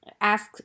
ask